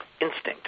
instinct